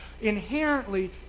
inherently